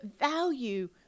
value